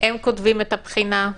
הם כותבים את הבחינה.